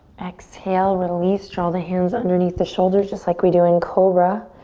exhale, release draw the hands underneath the shoulders. just like we do in cobra.